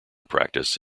practice